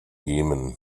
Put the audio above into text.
jemen